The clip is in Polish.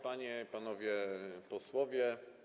Panie i Panowie Posłowie!